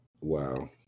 Wow